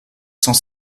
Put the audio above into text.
cent